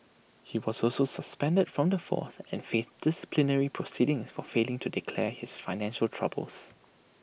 he was also suspended from the force and faced disciplinary proceedings for failing to declare his financial troubles